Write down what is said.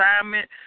assignment